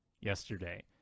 yesterday